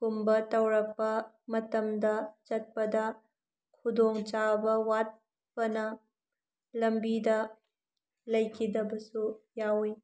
ꯀꯨꯝꯕ ꯇꯧꯔꯛꯄ ꯃꯇꯝꯗ ꯆꯠꯄꯗ ꯈꯨꯗꯣꯡ ꯆꯥꯕ ꯋꯥꯠꯄꯅ ꯂꯝꯕꯤꯗ ꯂꯩꯈꯤꯗꯕꯁꯨ ꯌꯥꯎꯋꯤ